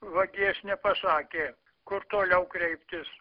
vagies nepasakė kur toliau kreiptis